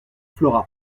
flora